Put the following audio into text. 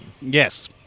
Yes